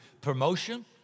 promotion